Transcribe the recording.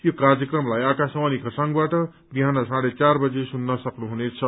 यो कार्यक्रमलाई आकाशवाणी खरसाङबाट बिहान साडे चार बजे सुन्न सक्नु हुने छ